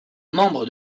membre